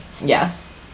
Yes